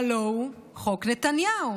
הלוא הוא חוק נתניהו,